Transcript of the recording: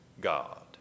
God